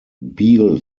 beal